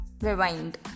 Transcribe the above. rewind